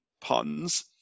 puns